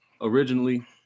originally